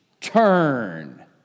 turn